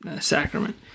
sacrament